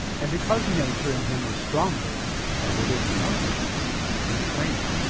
and because nature in him was stronger as it is in most of us than training,